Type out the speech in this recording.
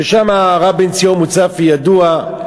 ששם הרב בן-ציון מוצפי ידוע,